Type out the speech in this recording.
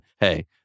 hey